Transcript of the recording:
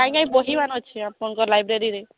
ଆଜ୍ଞା ବହି ଅଛି ଆପଣଙ୍କ ଲାଇବ୍ରେରୀରେ